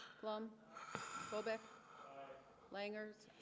clum colbeck langer's